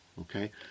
okay